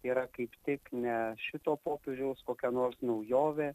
yra kaip tik ne šito popiežiaus kokia nors naujovė